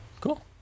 Cool